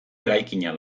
eraikina